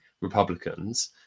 republicans